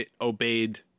obeyed